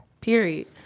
Period